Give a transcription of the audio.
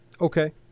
Okay